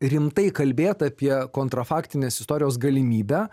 rimtai kalbėt apie kontra faktinės istorijos galimybę